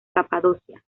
capadocia